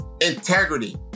integrity